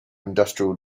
industrial